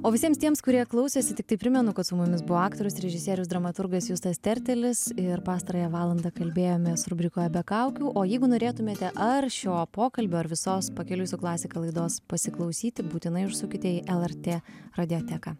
o visiems tiems kurie klausėsi tiktai primenu kad su mumis buvo aktorius režisierius dramaturgas justas tertelis ir pastarąją valandą kalbėjomės rubrikoje be kaukių o jeigu norėtumėte ar šio pokalbio ar visos pakeliui su klasika laidos pasiklausyti būtinai užsukite į lrt radioteką